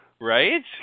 Right